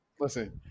Listen